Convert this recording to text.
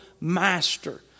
Master